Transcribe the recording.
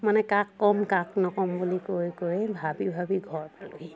মানে কাক ক'ম কাক নক'ম বুলি কৈ কৈ ভাবি ভাবি ঘৰ পালোহি